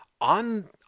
on